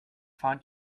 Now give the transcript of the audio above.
find